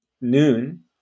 noon